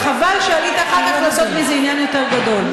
וחבל שעלית אחר כך לעשות מזה עניין יותר גדול.